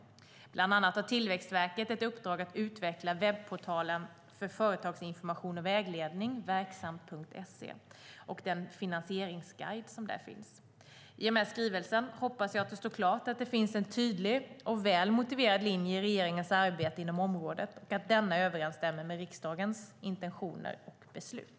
Bland annat har Tillväxtverket ett uppdrag att utveckla webbportalen för företagsinformation och vägledning, verksamt.se, och den finansieringsguide som finns där. I och med skrivelsen hoppas jag att det står klart att det finns en tydlig och väl motiverad linje i regeringens arbete inom området och att denna överensstämmer med riksdagens intentioner och beslut.